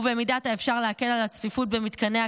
ובמידת האפשר להקל על הצפיפות במתקני הכליאה,